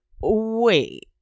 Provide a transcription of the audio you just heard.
wait